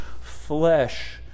flesh